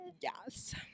Yes